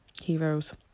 heroes